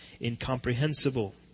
incomprehensible